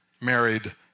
married